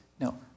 No